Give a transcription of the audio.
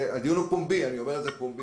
הדיון הוא פומבי, אני אומר את זה לציבור.